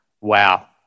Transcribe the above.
wow